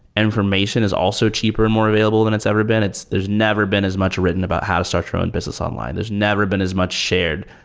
information is also cheaper and more available than it's ever been. there's never been as much written about how to start your own business online. there's never been as much shared.